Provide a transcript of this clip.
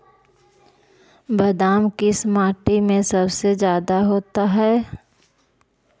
बादाम किस माटी में सबसे ज्यादा होता है?